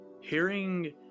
Hearing